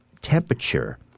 temperature